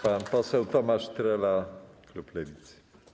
Pan poseł Tomasz Trela, klub Lewicy.